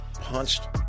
punched